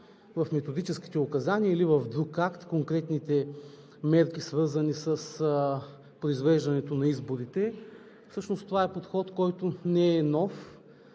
в методическите указания или в друг акт конкретните мерки, свързани с произвеждането на изборите. Всъщност това е подход, който не е нов.